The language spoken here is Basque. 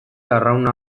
arrauna